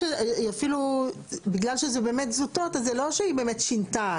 בגלל שזה באמת זוטות, אז זה לא שהיא באמת שינתה.